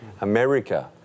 America